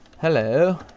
Hello